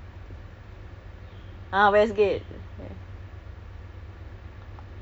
oh westgate JEM westgate J cube uh